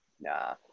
Nah